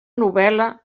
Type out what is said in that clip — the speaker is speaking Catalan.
novel·la